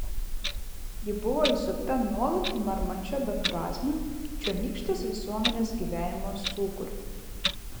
ji buvo įsukta nuolat marmančio beprasmio čionykštės visuomenės gyvenimo sūkurio